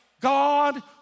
God